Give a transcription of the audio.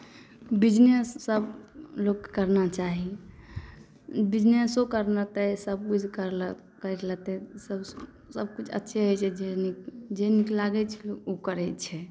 बिजनेससब लोकके करना चाही बिजनेसो करलकै सब बुझि करि लेतै सबकिछु अच्छे होइ छै जे नीक लागै छै लोक ओ करै छै